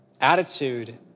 attitude